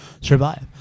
survive